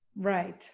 right